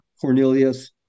Cornelius